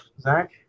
Zach